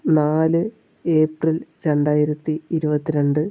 നാല് ഏപ്രിൽ രണ്ടായിരത്തി ഇരുപത്തി രണ്ട്